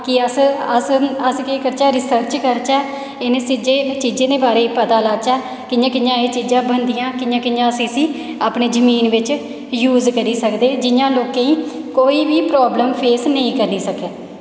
कि अस अस अस केह् करचै अस रिसर्च करचै इ'नें चीजें दे बारे च पता लाचै कि'यां कि'यां एह् चीजां बनदियां कि'यां कि'यां अस इसी अपनी जमीन बिच्च यूज करी सकदे जियां लोकें गी कोई बी प्राब्लम फेस नेईं करी सकै